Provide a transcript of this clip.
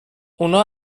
اونا